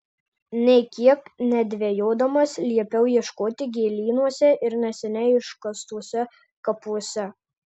nė kiek nedvejodamas liepiau ieškoti gėlynuose ir neseniai iškastuose kapuose